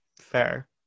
fair